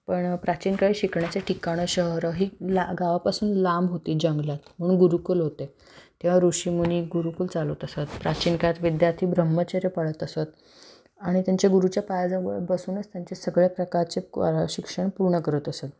पण प्राचीन काळी शिकण्याचे ठिकाणं शहरं ही ला गावापासून लांब होती जंगलात म्हणून गुरुकुल होते तेव्हा ऋषिमुनी गुरुकुल चालवत असत प्राचीन काळात विद्यार्थी ब्रह्मचर्य पाळत असत आणि त्यांच्या गुरुच्या पायाजवळ बसूनच त्यांचे सगळ्या प्रकारचे क्वा शिक्षण पूर्ण करत असत